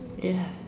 ya